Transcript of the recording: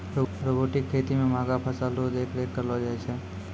robotic खेती मे महंगा फसल रो देख रेख करलो जाय छै